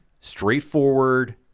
straightforward